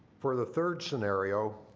for the third scenario,